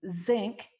zinc